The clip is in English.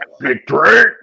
Victory